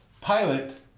pilot